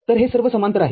तर ते सर्व समांतर आहेत